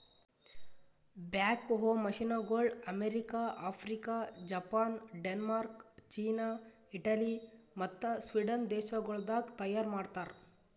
back ಹೋ ಮಷೀನಗೊಳ್ America, Africa, Japan, Denmark, China, Italy ಮತ್ತ ಸ್ವೀಡನ್ ದೇಶಗೊಳ್ದಾಗ್ ತೈಯಾರ್ ಮಾಡ್ತಾರ್